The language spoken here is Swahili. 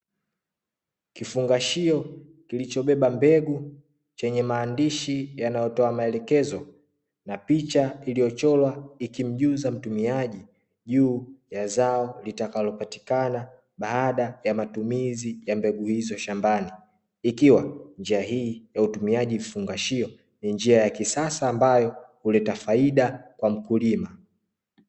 Kifungashio kilichobeba mbegu chenye maandishi yanayotoa maelekezo, na picha iliyochorwa ikimjuza mtumiaji juu ya zao litakalopatikana baada ya matumizi ya mbegu hizo shambani. Ikiwa njia hii ya utumiaji vifungashio, ni njia ya kisasa ambayo huleta faida kwa mkulima.